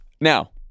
Now